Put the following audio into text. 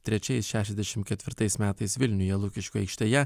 trečiais šešiasdešim ketvirtais metais vilniuje lukiškių aikštėje